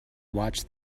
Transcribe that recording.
watch